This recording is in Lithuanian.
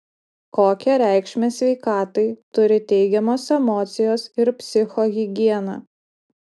kokią reikšmę sveikatai turi teigiamos emocijos ir psichohigiena